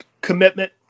commitment